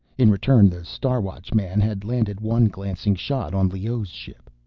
in return, the star watchman had landed one glancing shot on leoh's ship.